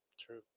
true